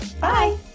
bye